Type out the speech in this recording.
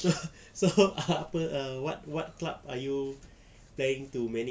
so so apa uh what what what club are you planning to manage